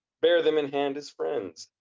bear them in hand as friends,